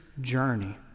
journey